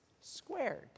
squared